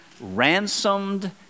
ransomed